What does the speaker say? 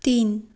तीन